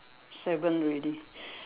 seven already